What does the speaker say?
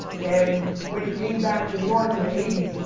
and when he came back to new york in the eighty s,